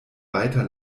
weiter